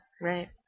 Right